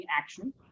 action